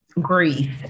grief